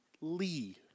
Lee